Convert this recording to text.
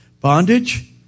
Bondage